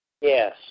Yes